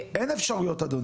אין אפשרויות, אדוני.